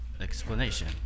explanation